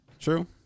True